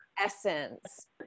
essence